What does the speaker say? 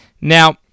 Now